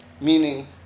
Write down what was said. meaning